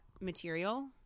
material